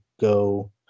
go